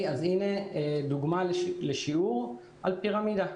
הנה דוגמה לשיעור על פירמידה.